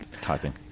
typing